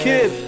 Kid